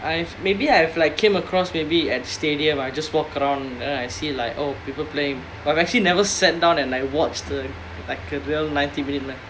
I've maybe I have like came across maybe at stadium I just walk around then I see like oh people playing but I've actually never sat down and like watched the like a real ninety minute like